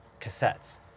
cassettes